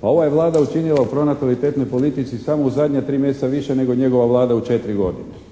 Pa ova je Vlada učinila u pronatalitetnoj politici samo u zadnja tri mjeseca više nego njegova Vlada u četiri godine.